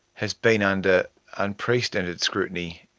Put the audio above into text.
has been under unprecedented scrutiny,